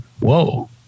whoa